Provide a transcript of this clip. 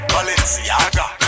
Balenciaga